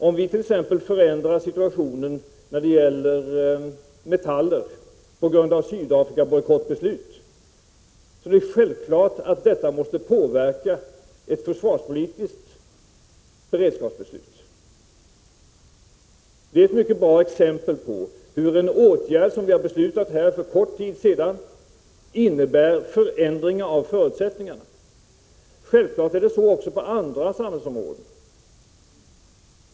Om vi t.ex. förändrar situationen när det gäller metaller på grund av Sydafrikabojkottbeslut är det självklart att detta måste påverka ett försvarspolitiskt beredskapsbeslut. Det är ett mycket bra exempel på hur en åtgärd 59 som vi har beslutat här för kort tid sedan innebär förändringar av förutsättningar. Självfallet är det så också på andra områden.